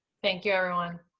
thank you, everyone.